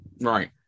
Right